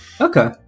Okay